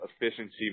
efficiency